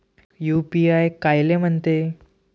UPI कायले म्हनते?